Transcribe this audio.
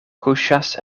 kuŝas